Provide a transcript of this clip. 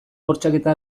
bortxaketa